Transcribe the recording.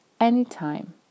anytime